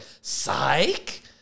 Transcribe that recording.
psych